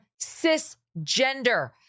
cisgender